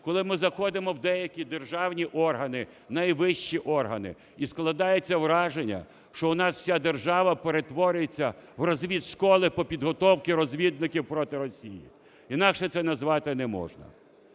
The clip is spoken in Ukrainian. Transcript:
коли ми заходимо в деякі державні органи, найвищі органи і складається враження, що у нас вся держава перетворюється в розвідшколи по підготовці розвідників проти Росії, інакше це назвати не можна.